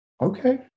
okay